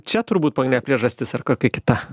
čia turbūt ne priežastis ar kokia kita